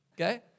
okay